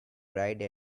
bride